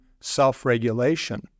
self-regulation